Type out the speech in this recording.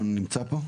נמצא פה?